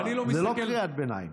זו לא קריאת ביניים.